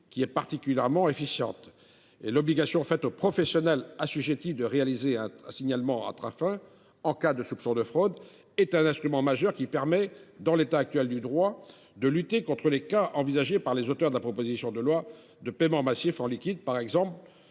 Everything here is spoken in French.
est particulièrement efficace. L’obligation faite aux professionnels assujettis de réaliser un signalement à Tracfin en cas de soupçon de fraude est un instrument majeur qui permet, en l’état actuel du droit, de lutter contre les cas, envisagés par les auteurs de la proposition de loi, de paiements massifs en liquide, par exemple